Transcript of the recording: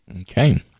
Okay